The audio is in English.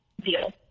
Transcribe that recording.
deal